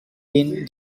been